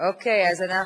בקריאה שנייה.